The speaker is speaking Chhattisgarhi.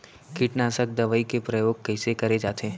कीटनाशक दवई के प्रयोग कइसे करे जाथे?